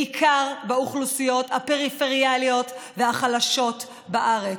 בעיקר באוכלוסיות הפריפריאליות והחלשות בארץ.